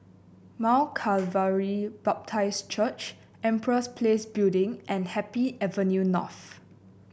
Mount Calvary Baptist Church Empress Place Building and Happy Avenue North